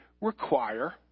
require